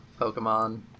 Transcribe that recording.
Pokemon